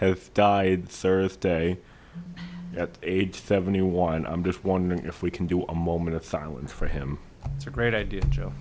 who died thursday at age seventy one i'm just wondering if we can do a moment of silence for him it's a great idea